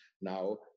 Now